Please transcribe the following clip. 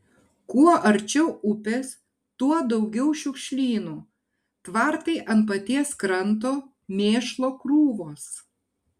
kuo arčiau upės tuo daugiau šiukšlynų tvartai ant paties kranto mėšlo krūvos